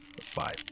five